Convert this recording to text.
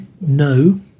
no